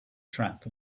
trap